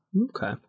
okay